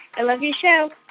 i love your show